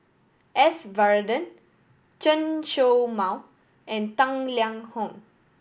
S Varathan Chen Show Mao and Tang Liang Hong